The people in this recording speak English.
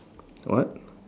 what